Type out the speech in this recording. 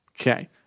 Okay